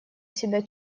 себя